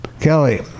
Kelly